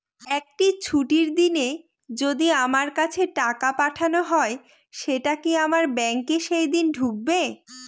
একটি ছুটির দিনে যদি আমার কাছে টাকা পাঠানো হয় সেটা কি আমার ব্যাংকে সেইদিন ঢুকবে?